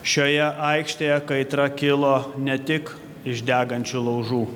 šioje aikštėje kaitra kilo ne tik iš degančių laužų